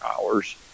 hours